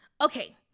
Okay